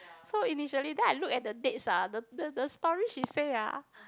so initially then I look at the dates ah the the the story she say ah